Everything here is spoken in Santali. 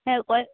ᱦᱮᱸ ᱚᱠᱚᱭ